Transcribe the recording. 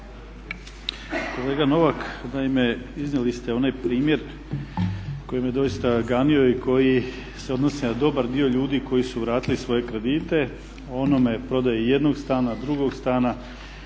Kolega Novak, naime iznijeli ste onaj primjer koji me doista ganuo i koji se odnosi na dobar dio ljudi koji su vratili svoje kredite, o prodaji jednog stana, drugog stana